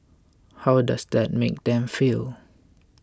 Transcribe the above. how does that make them feel